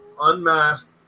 unmasked